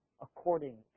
according